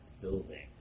building